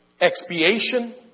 expiation